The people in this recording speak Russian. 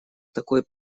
такой